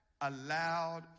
allowed